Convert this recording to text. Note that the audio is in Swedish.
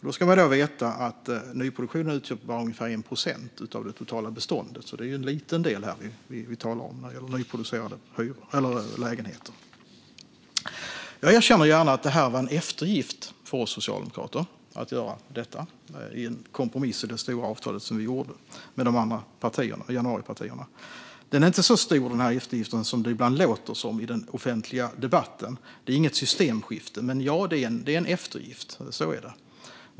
Man ska veta att nyproduktion utgör ungefär 1 procent av det totala beståndet, så det är en liten del vi talar om när det gäller nyproducerade lägenheter. Jag erkänner gärna att det här var en eftergift för oss socialdemokrater, en kompromiss i det stora avtal som vi gjorde med de andra januaripartierna. Den är inte så stor, den här eftergiften, som det ibland låter som i den offentliga debatten. Det är inget systemskifte, men det är en eftergift. Så är det.